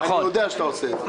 אני יודע שאתה עושה את זה.